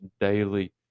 daily